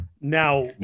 now